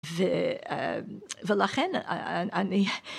ולכן אני...